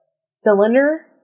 cylinder